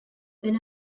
when